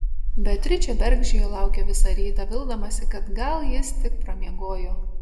beatričė bergždžiai jo laukė visą rytą vildamasi kad gal jis tik pramiegojo